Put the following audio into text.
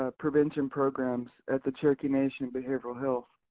ah prevention programs at the cherokee nation behavioral health.